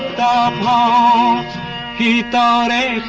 da um da da da da